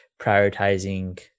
prioritizing